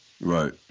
Right